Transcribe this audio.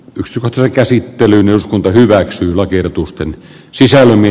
jos ottaa käsittelyyn eduskunta hyväksyy lakiehdotusten sisällön